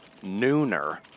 nooner